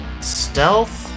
Stealth